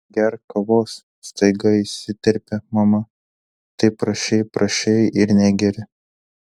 gerk kavos staiga įsiterpė mama taip prašei prašei ir negeri